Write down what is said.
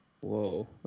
whoa